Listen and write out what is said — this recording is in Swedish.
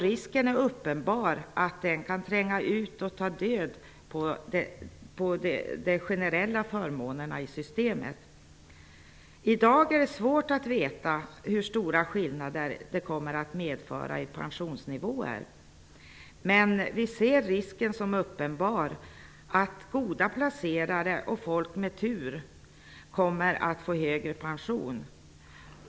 Risken är uppenbar att den kan tränga ut och ta död på de generella förmånerna i systemet. Det är i dag svårt att veta hur stora skillnader det kommer att medföra i pensionsnivåer, men vi ser en klar risk att goda placerare och folk med tur kommer att få högre pension.